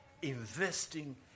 investing